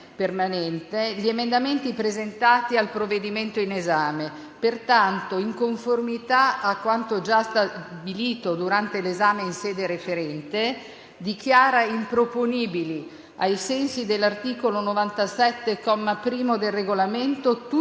permanenti 1a e 8a, gli emendamenti presentati al provvedimento in esame. Pertanto, in conformità a quanto già stabilito durante l'esame in sede referente, dichiara improponibili, ai sensi dell'articolo 97, comma primo, del Regolamento, tutti